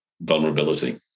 vulnerability